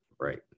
Right